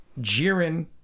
Jiren